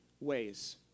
ways